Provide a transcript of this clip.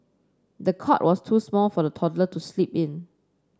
the cot was too small for the toddler to sleep in